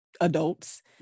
adults